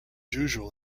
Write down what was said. usual